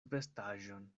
vestaĵon